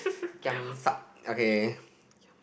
giam siap okay